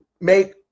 make –